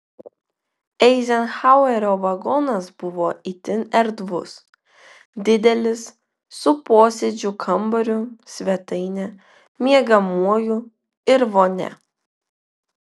eizenhauerio vagonas buvo itin erdvus didelis su posėdžių kambariu svetaine miegamuoju ir vonia